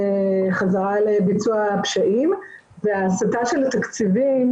חזרה לביצוע פשעים וההסטה של התקציבים